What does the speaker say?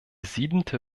siebente